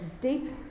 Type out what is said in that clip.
deep